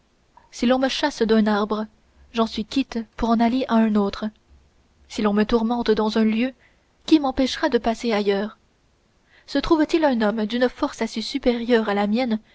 si l'on me chasse d'un arbre j'en suis quitte pour aller à un autre si l'on me tourmente dans un lieu qui m'empêchera de passer ailleurs se trouve-t-il un homme d'une force assez supérieure à la mienne